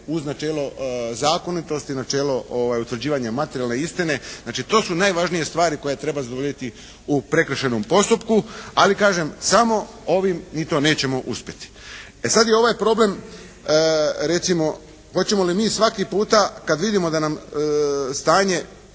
uz načelo zakonitosti i načelo utvrđivanja materijalne istine. Znači to su najvažnije stvari koje treba zadovoljiti u prekršajnom postupku, ali kažem samo ovim mi to nećemo uspjeti. E sada je ovaj problem, recimo hoćemo li mi svaki puta kada vidimo da nam stanje